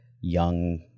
young